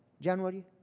January